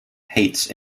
hates